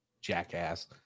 jackass